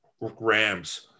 Rams